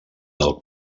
del